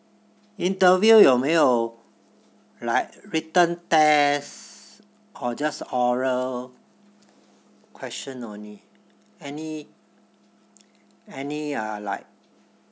interview 有没有 like written test or just oral question only any any ah like